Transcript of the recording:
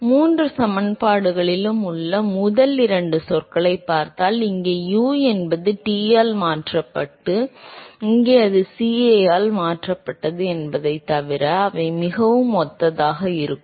எனவே மூன்று சமன்பாடுகளிலும் உள்ள முதல் இரண்டு சொற்களைப் பார்த்தால் இங்கே u என்பது T ஆல் மாற்றப்பட்டு இங்கே அது CA ஆல் மாற்றப்பட்டது என்பதைத் தவிர அவை மிகவும் ஒத்ததாக இருக்கும்